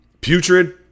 Putrid